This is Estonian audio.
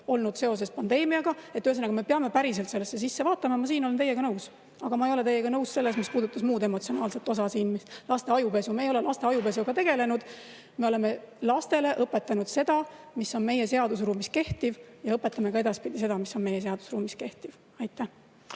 õpilüngad seoses pandeemiaga? Ühesõnaga, me peame päriselt sellesse sisse vaatama. Ma olen teiega nõus. Aga ma ei ole teiega nõus selles, mis puudutas muud emotsionaalset osa, laste ajupesu. Me ei ole laste ajupesuga tegelenud. Me oleme lastele õpetanud seda, mis on meie seadusruumis kehtiv, ja õpetame ka edaspidi seda, mis on meie seadusruumis kehtiv. Aitäh!